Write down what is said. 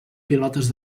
pilotes